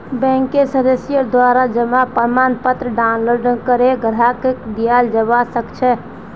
बैंकेर सदस्येर द्वारा जमा प्रमाणपत्र डाउनलोड करे ग्राहकक दियाल जबा सक छह